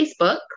Facebook